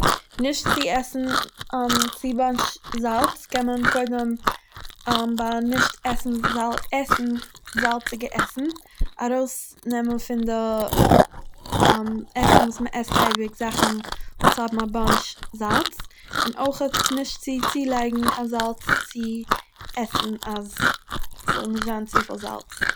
נישט צו עסן צו באנטש זאלץ קען מען קודם ביי נישט עסן זא עסן זאלציגע עסן, ארויסנעמען פון די עסן וואס מ'עסט אייביג זאכן וואס האבן א באנטש זאלץ, און אויכעט נישט צו צולייגן קיין זאלץ צו עסן אז ס'זאל נישט זיין צופיל זאלץ.